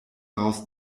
raus